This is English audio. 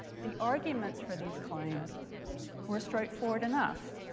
the arguments for these claims were straightforward enough.